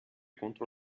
contro